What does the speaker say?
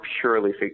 purely